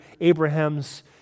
Abraham's